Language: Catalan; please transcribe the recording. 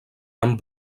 amb